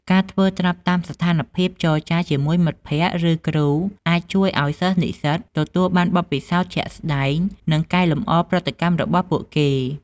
ការធ្វើត្រាប់តាមស្ថានភាពចរចាជាមួយមិត្តភក្តិ ឬគ្រូ អាចជួយឱ្យសិស្សនិស្សិតទទួលបានបទពិសោធន៍ជាក់ស្តែង និងកែលម្អប្រតិកម្មរបស់ពួកគេ។